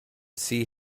see